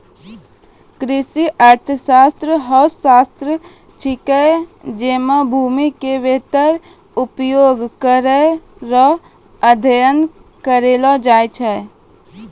कृषि अर्थशास्त्र हौ शाखा छिकै जैमे भूमि रो वेहतर उपयोग करै रो अध्ययन करलो गेलो छै